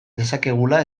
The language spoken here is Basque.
dezakegula